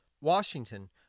Washington